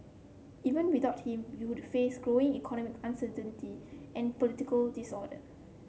even without him we would face growing economic uncertainty and political disorder